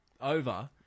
over